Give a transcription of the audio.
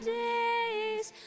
days